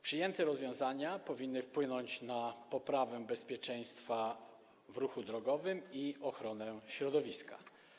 Przyjęte rozwiązania powinny wpłynąć na poprawę bezpieczeństwa w ruchu drogowym i ochronę środowiska.